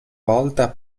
volta